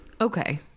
Okay